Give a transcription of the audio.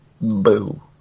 boo